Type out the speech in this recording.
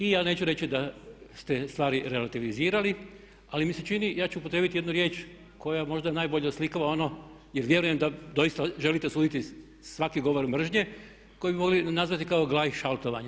I ja neću reći da ste stvari relativizirali ali mi se čini ja ću upotrijebiti jednu riječ koja možda najbolje oslikava ono jer vjerujem da doista želite osuditi svaki govor mržnje koji bi mogli nazvati kao gleich šaltovanje.